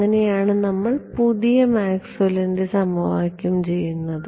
അങ്ങനെയാണ് നമ്മൾ പുതിയ മാക്സ്വെല്ലിന്റെ സമവാക്യം ചെയ്യുന്നത്